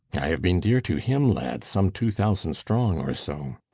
i have been dear to him, lad, some two thousand strong, or so.